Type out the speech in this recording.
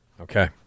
Okay